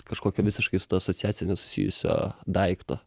kažkokio visiškai su ta asociacija nesusijusio daikto